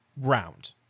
round